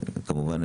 כמובן,